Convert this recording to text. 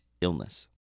illness